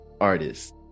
artist